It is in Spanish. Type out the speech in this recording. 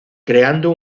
creando